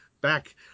back